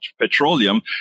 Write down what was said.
petroleum